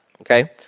okay